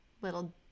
little